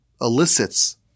elicits